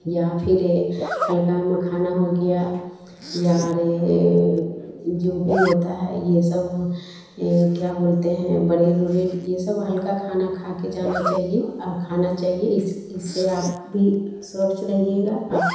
या फिर हल्का मखाना हो गया या रे जो भी होता है यह सब ये क्या बोलते हैं बरेड उरेड ये सब हल्का खाना खाकर जाना चाहिए और खाना चाहिए इस इससे आप भी स्वच्छ रहिएगा आप